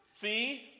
See